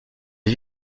vit